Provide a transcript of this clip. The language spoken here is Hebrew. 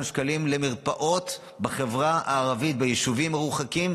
שקלים למרפאות בחברה הערבית ביישובים מרוחקים,